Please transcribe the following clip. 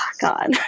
God